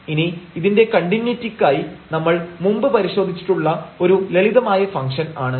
ഇനി ഇതിന്റെ കണ്ടിന്യൂയിറ്റിക്കായി നമ്മൾ മുമ്പ് പരിശോധിച്ചിട്ടുള്ള ഒരു ലളിതമായ ഫംഗ്ഷൻ ആണ്